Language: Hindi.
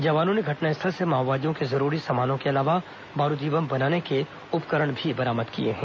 जवानों ने घटनास्थल से माओवादियों के जरूरी सामानों के अलावा बारूदी बम बनाने के उपकरण भी बरामद किए हैं